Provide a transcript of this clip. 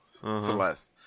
Celeste